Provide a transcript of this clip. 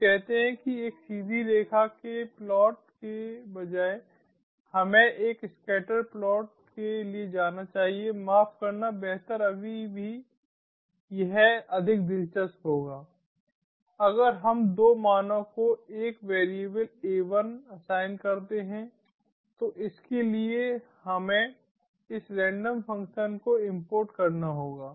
हम कहते हैं किएक सीधी रेखा के प्लॉट के बजाय हमें एक स्कैटर प्लॉट के लिए जाना चाहिए माफ करना बेहतर अभी भी यह अधिक दिलचस्प होगा अगर हम दो मानों को एक वेरिएबल a1 असाइन करते हैं तो इसके लिए हमें इस रैंडम फ़ंक्शन को इम्पोर्ट करना होगा